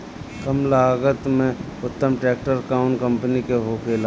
कम लागत में उत्तम ट्रैक्टर कउन कम्पनी के होखेला?